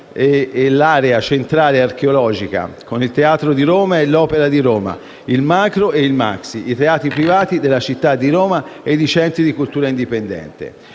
e l'Area centrale archeologica, il Teatro di Roma e l'Opera di Roma, il Macro e il Maxxi, i teatri privati della città di Roma e i centri di cultura indipendente.